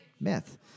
myth